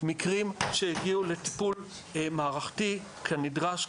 מקרים שהגיעו לטיפול מערכתי כנדרש,